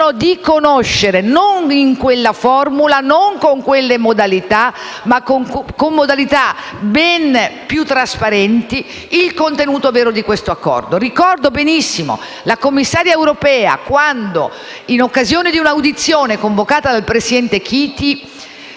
di conoscere - non in quella formula, non con quelle modalità, ma con modalità ben più trasparenti - il contenuto vero di questo accordo. Ricordo benissimo la Commissaria europea quando, in occasione di un'audizione convocata dal presidente Chiti,